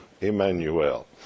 Emmanuel